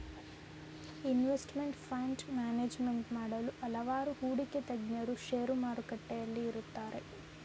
investment fund management ಮಾಡಲು ಹಲವಾರು ಹೂಡಿಕೆ ತಜ್ಞರು ಶೇರು ಮಾರುಕಟ್ಟೆಯಲ್ಲಿ ಇರುತ್ತಾರೆ